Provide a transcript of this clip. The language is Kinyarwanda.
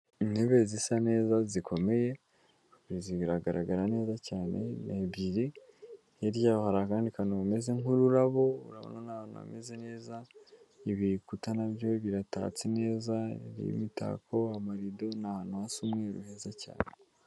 Intebe zisa neza zikomeye, zigaragara neza cyane, ni ebyiri hirya yaho kandi kantu kameze nk'ururabo urabona ni ahantu hameze neza, ibikuta nabyo biratatse neza n'imitako, amarido ni ahantu hasi umweru, heza cyane.